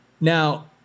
Now